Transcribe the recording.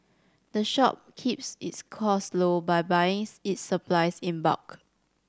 the shop keeps its costs low by buying its supplies in bulk